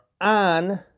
on